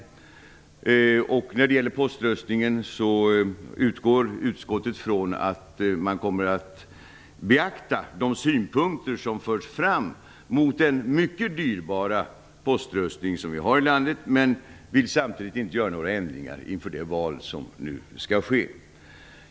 När det gäller den utgår utskottet från att man kommer att beakta de synpunkter som förts fram mot den mycket dyrbara poströstning som vi har här i landet, men utskottet vill inte företa några förändringar inför det val som nu skall ske.